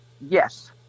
yes